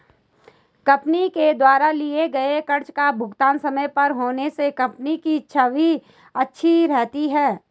company के द्वारा लिए गए कर्ज का भुगतान समय पर होने से कंपनी की छवि अच्छी रहती है